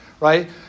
Right